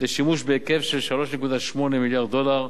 לשימוש בהיקף של 3.8 מיליארד דולר.